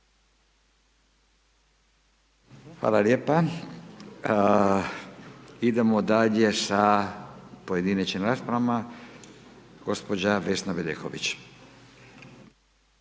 Hvala lijepa. Idemo dalje sa pojedinačnim raspravama. Gospođa Vesna Bedeković.